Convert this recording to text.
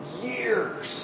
years